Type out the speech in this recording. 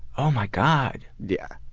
oh my god. yeah.